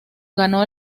ganó